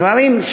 דברים,